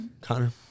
Connor